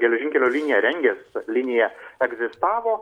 geležinkelio liniją rengė linija egzistavo